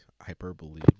Hyperbole